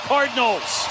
Cardinals